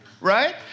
right